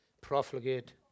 profligate